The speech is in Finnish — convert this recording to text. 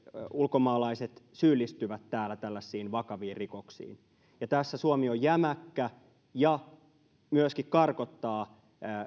ulkomaalaiset syyllistyvät täällä tällaisiin vakaviin rikoksiin ja että tässä suomi on jämäkkä ja myöskin karkottaa